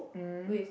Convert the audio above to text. mm